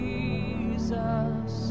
Jesus